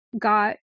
got